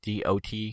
dot